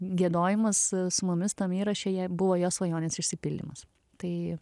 giedojimas su mumis tam įraše jai buvo jos svajonės išsipildymas tai